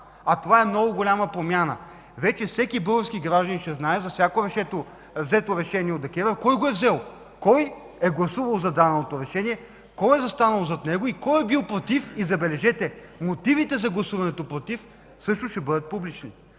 а това е много голяма промяна. Вече всеки български гражданин ще знае за всяко взето решение от ДКЕВР – кой го е взел, кой е гласувал за даденото решение, кой е застанал зад него и кой е бил „против”. Забележете, мотивите за гласуването „против” също ще бъдат публични.